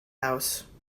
house